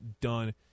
done